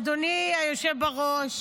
אדוני היושב בראש,